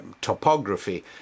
topography